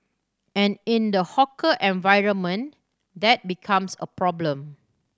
and in the hawker environment that becomes a problem